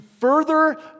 further